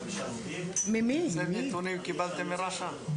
האלה מרש"א.